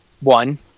one